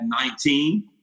19%